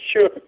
sure